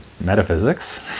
metaphysics